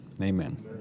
amen